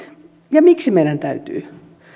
ja miksi meidän täytyy